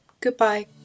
Goodbye